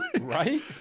right